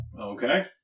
okay